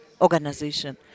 organization